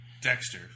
Dexter